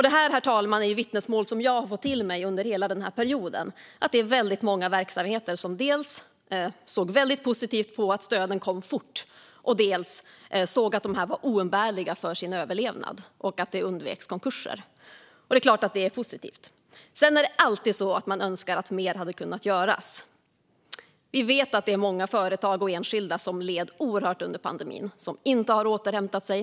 Detta, herr talman, är vittnesmål som jag har fått till mig under hela perioden: Det är många verksamheter som dels såg väldigt positivt på att stöden kom fort, dels såg att de var oumbärliga för deras överlevnad och för att konkurser kunde undvikas. Det är klart att det är positivt. Sedan är det alltid så att man önskar att mer hade kunnat göras. Vi vet att det finns många företag och enskilda som led oerhört under pandemin och som inte har återhämtat sig.